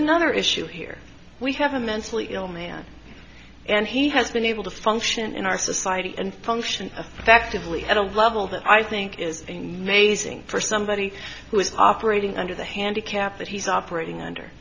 another issue here we have a mentally ill man and he has been able to function in our society and function affectively at a level that i think is a mazing for somebody who is operating under the handicap that he's operating under